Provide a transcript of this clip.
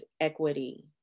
equity